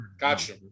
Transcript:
gotcha